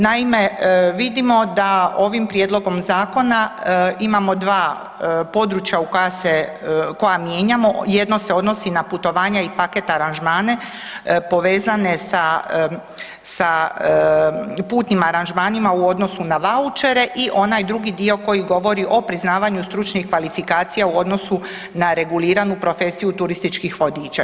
Naime, vidimo da ovim prijedlogom zakona imamo dva područja u koja se, koja mijenjamo, jedno se odnosi na putovanja i paket aranžmane povezane sa, sa putnim aranžmanima u odnosu na vaučere i onaj drugi dio koji govori o priznavanju stručnih kvalifikacija u odnosu na reguliranu profesiju turističkih vodiča.